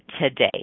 today